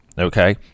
Okay